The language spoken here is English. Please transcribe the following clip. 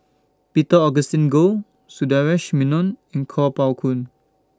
Peter Augustine Goh Sundaresh Menon and Kuo Pao Kun